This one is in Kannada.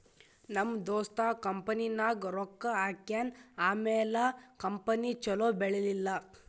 ನಮ್ ದೋಸ್ತ ಕಂಪನಿನಾಗ್ ರೊಕ್ಕಾ ಹಾಕ್ಯಾನ್ ಆಮ್ಯಾಲ ಕಂಪನಿ ಛಲೋ ಬೆಳೀಲಿಲ್ಲ